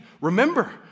remember